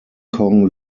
kong